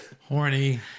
Horny